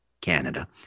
Canada